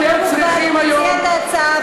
הוא הציע את ההצעה,